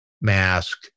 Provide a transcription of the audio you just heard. mask